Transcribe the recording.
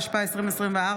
התשפ"ה 2024,